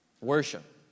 worship